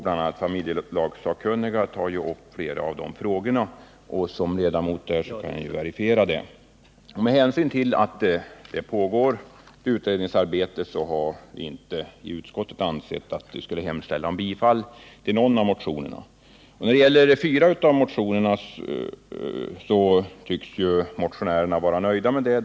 Som ledamot av familjelagssakkunniga kan jag verifiera att flera av de här frågorna kommer att tas upp där. Med hänsyn till att utredningsarbete pågår har utskottet inte ansett att det borde hemställa om bifall till någon av motionerna. När det gäller fyra av motionerna tycks motionärerna vara nöjda med detta.